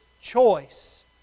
choice